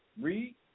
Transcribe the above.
Read